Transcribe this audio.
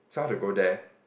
this one how to go there